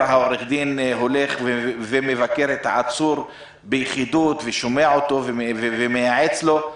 עורך הדין מבקר את העצור ביחידוּת ושומע אותו ומייעץ לו.